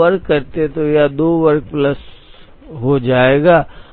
वर्ग करते हैं तो यह 2 वर्ग प्लस हो जाएगा